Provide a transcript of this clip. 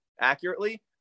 accurately